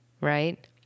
right